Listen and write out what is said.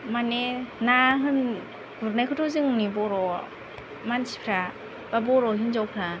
माने ना गुरनायखौथ' जोंनि बर' मानसिफोरा एबा बर' हिनजावफोरा